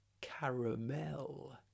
caramel